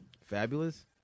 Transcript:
Fabulous